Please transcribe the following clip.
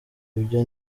ibyo